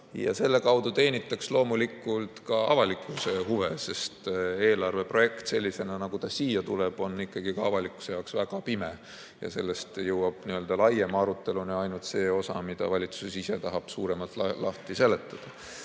Ja selle kaudu teenitaks loomulikult ka avalikkuse huve, sest eelarveprojekt sellisena, nagu ta siia tuleb, on ikkagi ka avalikkuse jaoks väga pime. Sellest jõuab laiema aruteluni ainult see osa, mida valitsus ise tahab suuremalt lahti seletada.